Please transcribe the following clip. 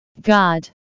God